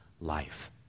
life